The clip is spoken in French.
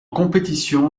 compétition